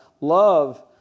Love